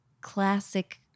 classic